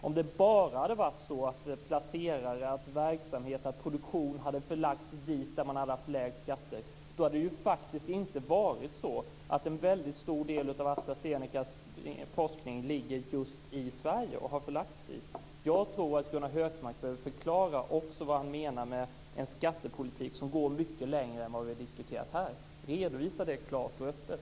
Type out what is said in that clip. Om det bara hade varit så att verksamhet och produktion hade förlagts där skatterna var lägst, hade faktiskt inte en väldigt stor del av Astra Zenecas forskning förlagts just i Sverige. Jag tror att Gunnar Hökmark också behöver förklara vad han menar med en skattepolitik som går mycket längre än vi har diskuterat här. Redovisa det klart och öppet!